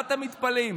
מה אתם מתפלאים?